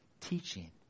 teaching